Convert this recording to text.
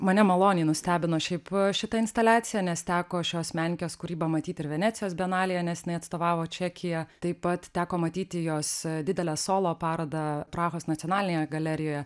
mane maloniai nustebino šiaip šita instaliacija nes teko šios menininkės kūrybą matyt ir venecijos bienalėje nes jinai atstovavo čekiją taip pat teko matyti jos didelę solo parodą prahos nacionalinėje galerijoje